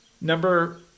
number